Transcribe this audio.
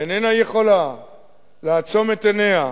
איננה יכולה לעצום את עיניה,